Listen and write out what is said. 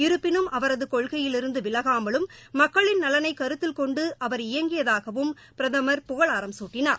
இருப்பினும் அவரது கொள்கையிலிருந்து விலகாமலும் மக்களின் நலனைக் கருத்தில் கொண்டு அவர் இயங்கியதாகவும் பிரதமர் புகழாரம் சூட்டினார்